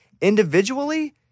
Individually